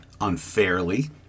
unfairly